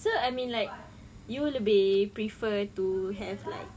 so I mean like you lebih prefer to have like